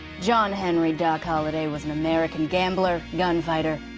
john henry doc holliday was an american gambler, gunfighter,